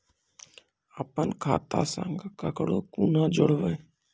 अपन खाता संग ककरो कूना जोडवै?